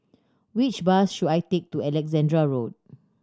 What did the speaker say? which bus should I take to Alexandra Road